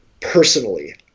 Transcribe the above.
personally